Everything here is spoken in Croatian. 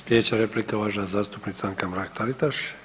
Slijedeća replika, uvažena zastupnica Anka Mrak Taritaš.